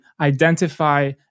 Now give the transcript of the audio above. identify